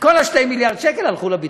כל ה-2 מיליארד שקל הלכו לביטחון.